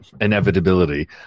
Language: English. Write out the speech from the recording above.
Inevitability